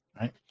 right